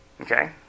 Okay